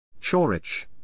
Chorich